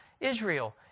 Israel